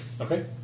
Okay